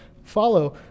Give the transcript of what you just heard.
follow